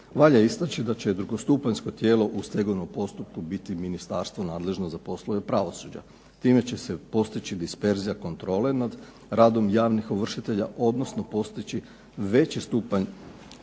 Valja istaći da će drugostupanjsko tijelo u stegovnom postupku biti ministarstvo nadležno za poslove pravosuđa. Time će se postići disperzija kontrole nad radom javnih ovršitelja, odnosno postići veći stupanj